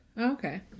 Okay